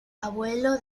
abuelo